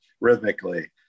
rhythmically